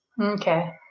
okay